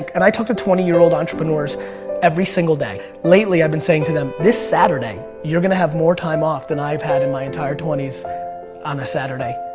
and i talk to twenty year old entrepreneur every single day. lately i've been saying to them, this saturday, you're gonna have more time off then i've had in my entire twenty s on a saturday.